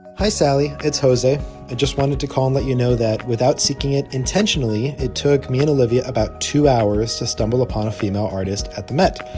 hi, sally. it's jose. i just wanted to call and let you know that without seeking it intentionally, it took me and olivia about two hours to stumble upon a female artist at the met.